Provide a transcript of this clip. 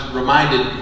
reminded